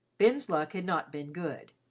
ben's luck had not been good,